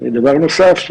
ודבר נוסף,